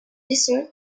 desert